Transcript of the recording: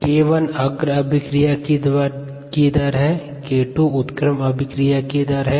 k1 अग्र अभिक्रिया दर है और k2 - उत्क्रम अभिक्रिया दर है